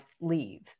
leave